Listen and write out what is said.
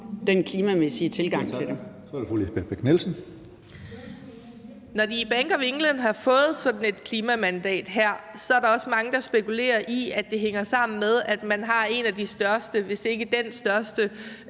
Bech-Nielsen (SF): Når de i Bank of England har fået sådan et klimamandat, er der også mange, der spekulerer i, at det hænger sammen med, at man har en af de største, hvis ikke den største,